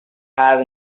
have